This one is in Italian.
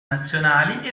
nazionali